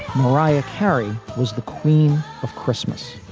mariah carey was the queen of christmas,